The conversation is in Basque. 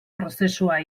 prozesua